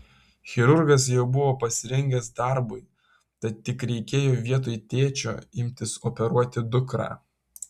chirurgas jau buvo pasirengęs darbui tad tik reikėjo vietoj tėčio imtis operuoti dukrą